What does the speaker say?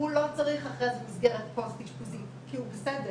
הוא לא צריך אחרי זה מסגרת פוסט אשפוזית כי הוא בסדר.